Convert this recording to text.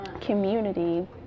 community